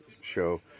show